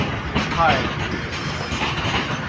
he was tired of hearing his own name now.